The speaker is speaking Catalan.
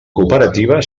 cooperativa